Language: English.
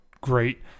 great